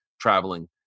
traveling